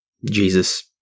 Jesus